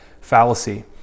fallacy